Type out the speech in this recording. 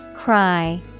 Cry